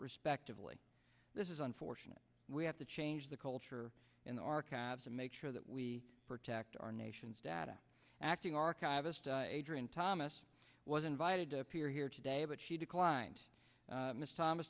respectively this is unfortunate we have to change the culture in the archives and make sure that we protect our nation's data acting archivist adrian thomas was invited to appear here today but she declined ms thomas